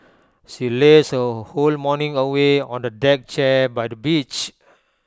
she lazed her whole morning away on A deck chair by the beach